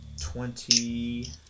twenty